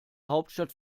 hauptstadt